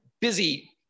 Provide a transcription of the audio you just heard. busy